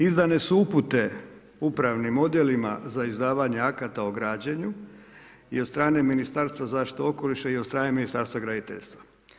Izdane su upute upravnim odjelima za izdavanje akta o građenju i od strane Ministarstva zaštite okoliša i od strane Ministarstva graditeljstva.